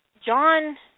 John